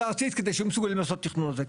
הארצית כדי שיהיו מסוגלים לעשות את התכנון הזה.